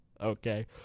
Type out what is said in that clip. Okay